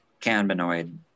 cannabinoid